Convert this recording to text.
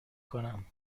کنم